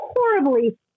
horribly